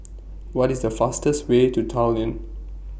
What IS The fastest Way to Tallinn